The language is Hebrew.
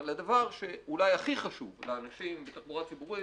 אבל הדבר שאולי הוא הכי חשוב לאנשים בתחבורה ציבורית,